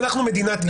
אנחנו מדינת אי,